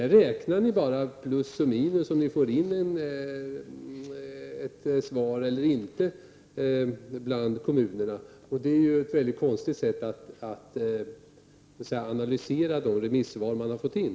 Här räknar ni bara om ni får in svar eller inte, och det är ju ett väldigt konstigt sätt att analysera de yttranden man har fått in.